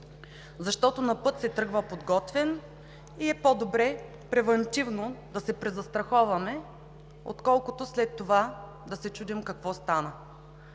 защото на път се тръгва подготвен и по-добре е превантивно да се презастраховаме, отколкото след това да се чудим какво стана.